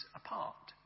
apart